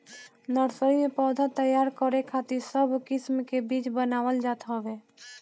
nursery में पौधा तैयार करे खातिर सब किस्म के बीज बनावल जात हवे